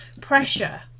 pressure